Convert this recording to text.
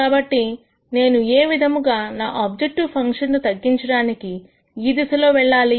కాబట్టి నేను ఏ విధముగా నా ఆబ్జెక్ట్ ఫంక్షన్ ను తగ్గించడానికి ఈ దిశ లో వెళ్లాలి